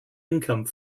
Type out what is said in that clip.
income